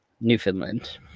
Newfoundland